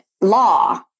law